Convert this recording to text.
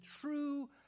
true